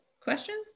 Questions